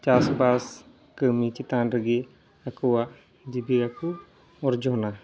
ᱪᱟᱥᱵᱟᱥ ᱠᱟᱹᱢᱤ ᱪᱮᱛᱟᱱ ᱨᱮᱜᱮ ᱟᱠᱚᱣᱟᱜ ᱡᱤᱵᱤᱠᱟᱠᱚ ᱚᱨᱡᱚᱱᱟ